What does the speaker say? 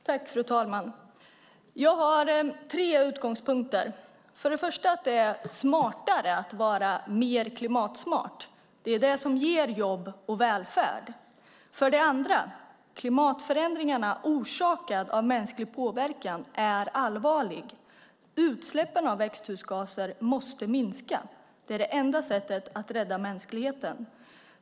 Fru talman! Jag har tre utgångspunkter. För det första är det smartare att vara mer klimatsmart. Det är det som ger jobb och välfärd. För det andra: Klimatförändring orsakad av mänsklig påverkan är allvarlig. Utsläppen av växthusgaser måste minska. Det är det enda sättet att rädda mänskligheten.